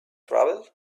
travel